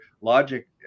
logic